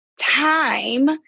time